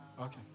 okay